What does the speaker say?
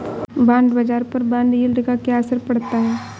Bond बाजार पर bond yield का क्या असर पड़ता है?